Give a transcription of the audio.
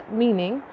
meaning